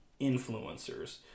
influencers